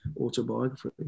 autobiography